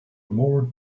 more